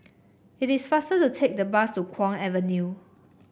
it is faster to take the bus to Kwong Avenue